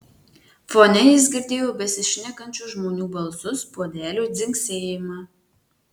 fone jis girdėjo besišnekančių žmonių balsus puodelių dzingsėjimą